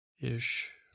ish